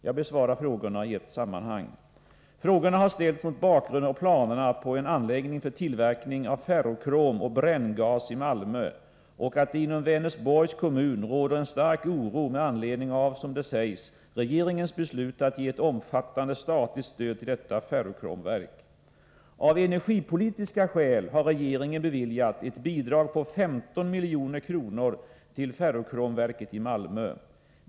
Jag besvarar frågorna i ett sammanhang. Frågorna har ställts mot bakgrund av planerna på en anläggning för tillverkning av ferrokrom och bränngas i Malmö, och att det inom Vänersborgs kommun råder en stark oro med anledning av, som det sägs, regeringens beslut att ge ett omfattande statligt stöd till detta ferrokromverk. Av energipolitiska skäl har regeringen beviljat ett bidrag på 15 milj.kr. till ferrokromverket i Malmö.